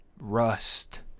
Rust